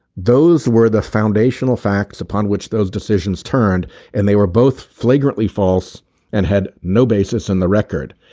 those were the foundational facts upon which those decisions turned and they were both flagrantly false and had no basis in the record.